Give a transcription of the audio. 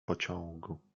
pociągu